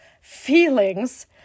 feelings